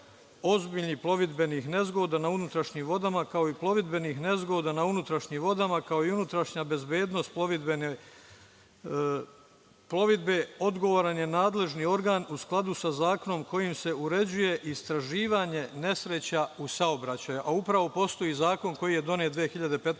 ozbiljnih plovidbenih nezgoda na unutrašnjim vodama, kao i plovidbenih nezgoda na unutrašnjim vodama, kao i unapređenja bezbednosti plovidbe odgovoran je nadležni organ u skladu sa zakonom kojim se uređuje istraživanje nesreća u saobraćaju“. Upravo postoji zakon koji je donet 2015.